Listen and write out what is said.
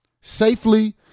Safely